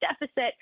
deficit